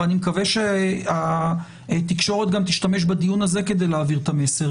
ואני מקווה שהתקשורת גם תשתמש בדיון הזה כדי להעביר את המסר,